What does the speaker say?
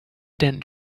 then